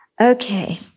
Okay